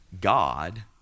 God